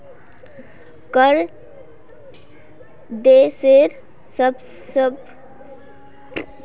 कर देशेर सबस बोरो आय स्रोत मानाल जा छेक